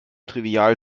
trivial